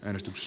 äänestys